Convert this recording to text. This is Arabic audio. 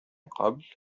قبل